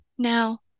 Now